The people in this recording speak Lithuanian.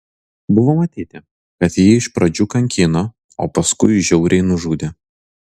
buvo matyti kad jį iš pradžių kankino o paskui žiauriai nužudė